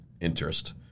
interest